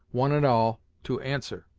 one and all, to answer.